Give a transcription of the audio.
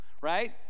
right